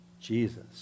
Jesus